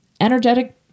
energetic